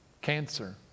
cancer